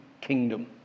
kingdom